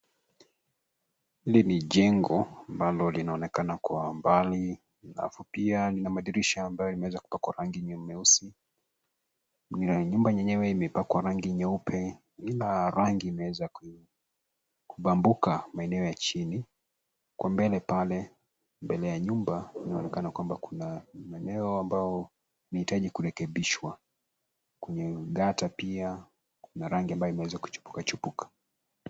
Hili ni jengo ambalo linaonekana kwa mbali alafu pia linamadirisha amabayo imeweza kupakwa rangi nyeusi. Mira ya nyumba yenyewe imepakwa rangi nyeupe ila rangi imeweza kubambuka maeneo ya chini. Kwa mbele pale mbele ya nyumba inaonekana kwamba kuna maeneo ambao inahitaji kurekebishwa kwenye gutter pia kuna rangi ambayo imeweza kuchipuka chipuka.